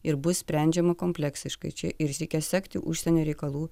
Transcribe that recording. ir bus sprendžiama kompleksiškai čia reikia sekti užsienio reikalų